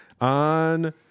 on